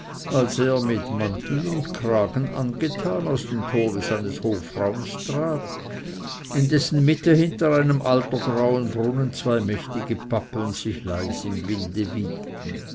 als er mit mantel und kragen angetan aus dem tore seines hofraums trat in dessen mitte hinter einem altergrauen brunnen zwei mächtige pappeln sich leis im winde wiegten